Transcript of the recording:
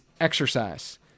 exercise